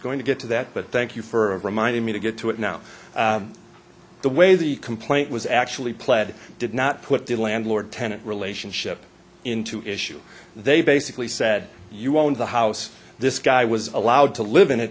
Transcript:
going to get to that but thank you for reminding me to get to it now the way the complaint was actually pled did not put the landlord tenant relationship into issue they basically said you own the house this guy was allowed to live in it